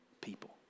people